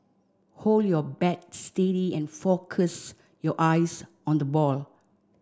hold your bat steady and focus your eyes on the ball